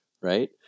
right